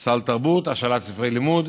סל תרבות, השאלת ספרי לימוד,